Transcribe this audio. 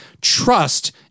trust